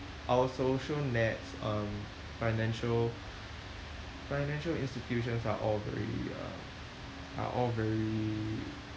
our social nets um financial financial institutions are all very uh are all very